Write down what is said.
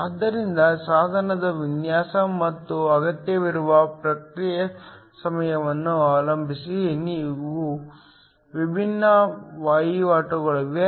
ಆದ್ದರಿಂದ ಸಾಧನದ ವಿನ್ಯಾಸ ಮತ್ತು ಅಗತ್ಯವಿರುವ ಪ್ರತಿಕ್ರಿಯೆ ಸಮಯವನ್ನು ಅವಲಂಬಿಸಿ ಅವು ವಿಭಿನ್ನ ವಹಿವಾಟುಗಳಾಗಿವೆ